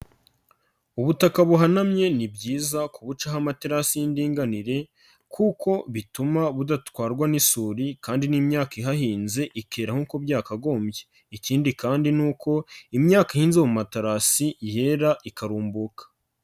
Ubutaka buhanamye ni byiza kubucaho amaterasi y'indinganire kuko bituma budatwarwa n'isuri kandi n'imyaka ihahinze ikera nk'uko byakagombye. Ikindi kandi nuko imyaka ihinze mu materasi yera ikarumbuka.